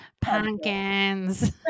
pumpkins